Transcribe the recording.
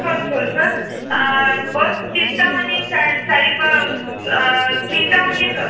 sorry sorry sir बस Chintamani Sai Saibaba Chintamani sir